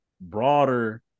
broader